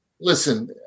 listen